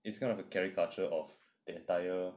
it's kind of a caricature of the entire